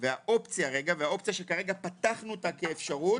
-- והאופציה שכרגע פתחנו אותה כאפשרות,